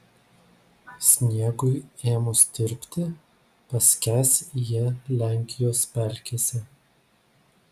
sniegui ėmus tirpti paskęs jie lenkijos pelkėse